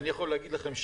אני יכול להגיד לכם,